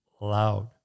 loud